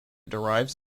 derived